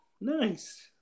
nice